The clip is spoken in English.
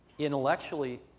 Intellectually